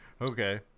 okay